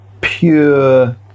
pure